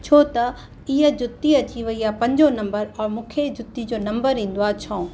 छो त इहा जुती अची वई आहे पंजो नम्बर औरि मूंखे जुती जो नम्बर ईंदो आहे छओ